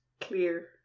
clear